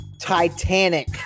Titanic